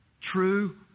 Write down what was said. True